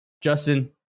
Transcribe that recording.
Justin